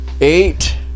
eight